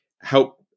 help